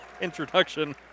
introduction